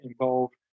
involved